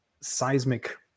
seismic